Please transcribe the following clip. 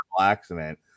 accident